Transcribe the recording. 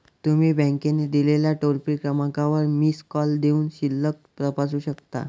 तुम्ही बँकेने दिलेल्या टोल फ्री क्रमांकावर मिस कॉल देऊनही शिल्लक तपासू शकता